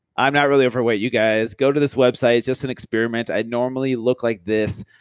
i'm not really overweight you guys. go to this website, it's just an experiment. i normally look like this.